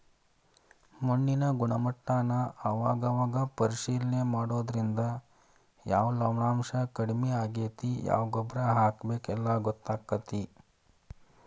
ಮಣ್ಣಿನ ಗುಣಮಟ್ಟಾನ ಅವಾಗ ಅವಾಗ ಪರೇಶಿಲನೆ ಮಾಡುದ್ರಿಂದ ಯಾವ ಲವಣಾಂಶಾ ಕಡಮಿ ಆಗೆತಿ ಯಾವ ಗೊಬ್ಬರಾ ಹಾಕಬೇಕ ಎಲ್ಲಾ ಗೊತ್ತಕ್ಕತಿ